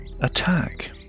attack